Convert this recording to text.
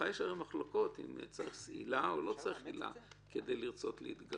בהלכה יש מחלוקות אם צריך עילה או לא צריך עילה כדי לרצות להתגרש